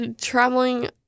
traveling